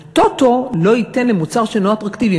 הטוטו לא ייתן למוצר שאינו אטרקטיבי,